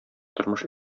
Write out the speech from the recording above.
тормыш